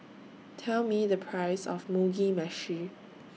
Tell Me The Price of Mugi Meshi